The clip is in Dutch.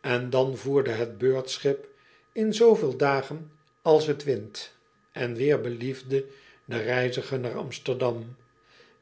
en dan voerde het beurtschip in zooveel dagen als het wind en weêr beliefde den reiziger naar msterdam